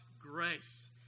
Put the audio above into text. grace